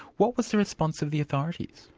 what was the response of the authorities?